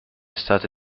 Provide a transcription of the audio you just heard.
stata